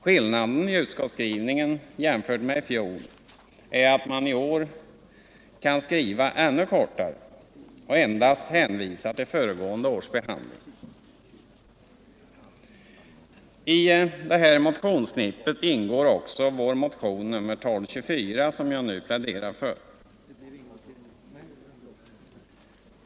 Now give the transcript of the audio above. Skillnaden i utskottsskrivningen jämfört med i fjol är att man i år kunnat skriva ännu kortare och endast hänvisa till föregående års behandling. I detta motionsknippe ingår också vår motion 1224 som jag nu pläderar för.